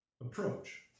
Approach